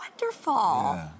Wonderful